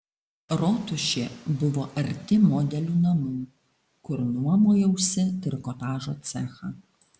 rotušė buvo arti modelių namų kur nuomojausi trikotažo cechą